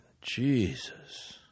Jesus